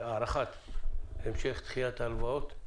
הארכת המשך דחיית ההלוואות.